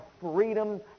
freedom